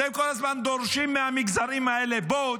אתם כל הזמן דורשים מהמגזרים האלה: בואו,